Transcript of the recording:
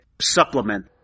supplement